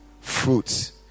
Fruits